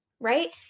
Right